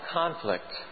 conflict